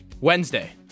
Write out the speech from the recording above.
Wednesday